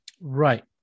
Right